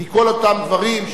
כי כל אותם דברים,